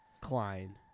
Klein